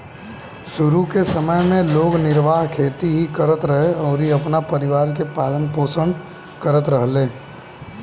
शुरू के समय में लोग निर्वाह खेती ही करत रहे अउरी अपना परिवार के पालन पोषण करत रहले